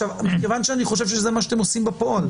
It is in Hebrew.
מכיוון שאני חושב שזה מה שאתם עושים בפועל,